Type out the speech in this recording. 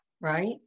right